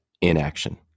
inaction